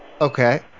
Okay